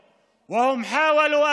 ( משום שמי שביצעו אותו